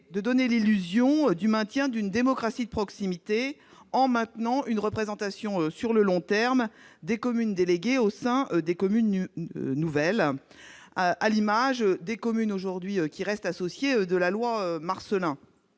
à donner l'illusion du maintien d'une démocratie de proximité en maintenant une représentation à long terme des communes déléguées au sein des communes nouvelles, à l'image des communes associées de la loi du